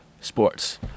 sports